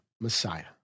Messiah